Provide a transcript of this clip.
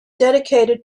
dedicated